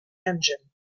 engine